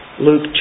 Luke